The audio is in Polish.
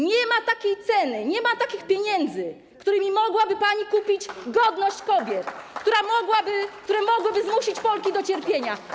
Nie ma takiej ceny, nie ma takich pieniędzy, którymi mogłaby pani kupić godność kobiet, które mogłyby zmusić Polki do cierpienia.